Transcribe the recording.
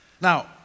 Now